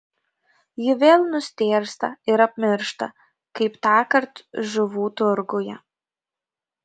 ji vėl nustėrsta ir apmiršta kaip tąkart žuvų turguje